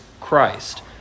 Christ